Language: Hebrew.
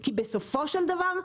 כי בסופו של דבר,